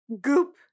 Goop